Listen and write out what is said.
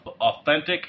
authentic